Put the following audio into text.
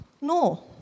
No